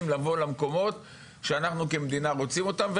לבוא למקומות שאנחנו כמדינה רוצים אותם.